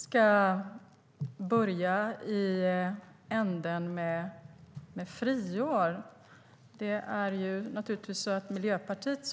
Fru talman! Jag ska börja med detta med friår. Miljöpartiet